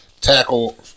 tackle –